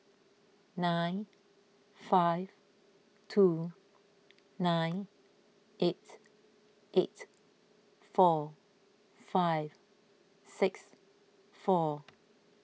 nine five two nine eight eight four five six four